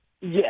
Yes